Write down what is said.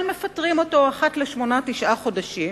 אבל מפטרים אותו אחת לשמונה, תשעה חודשים.